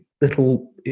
little